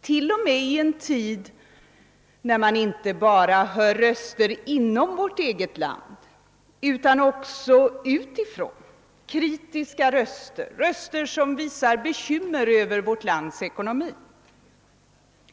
till och med i en tid när man hör kritiska röster inte bara inom vårt eget land utan också utifrån vilka uttrycker bekymmer över vårt lands ekonomi.